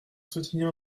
soutenir